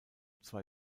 zwei